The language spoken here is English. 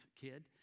kid